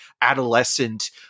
adolescent